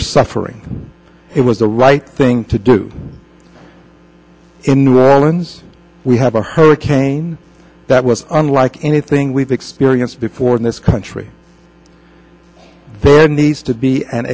were suffering it was the right thing to do in new orleans we have a hurricane that was unlike anything we've experienced before in this country there needs to be an